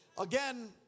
Again